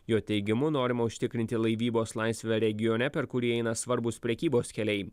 jo teigimu norima užtikrinti laivybos laisvę regione per kurį eina svarbūs prekybos keliai